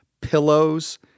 Pillows